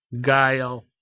guile